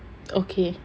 okay